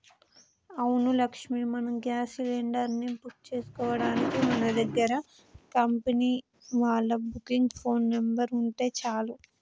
అవును లక్ష్మి మనం gas cylinder ని బుక్ చేసుకోవడానికి మన దగ్గర కంపెనీ వాళ్ళ బుకింగ్ ఫోన్ నెంబర్ ఉంటే చాలు